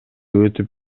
өтүп